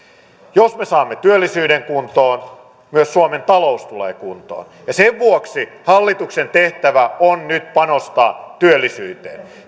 jos me saamme työllisyyden kuntoon myös suomen talous tulee kuntoon ja sen vuoksi hallituksen tehtävä on nyt panostaa työllisyyteen